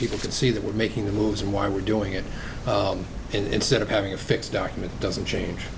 people can see that we're making the moves and why we're doing it instead of having a fixed document doesn't change